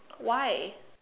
why